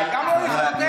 גם לא לכבודך,